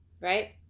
right